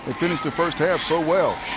but finished the first half so well.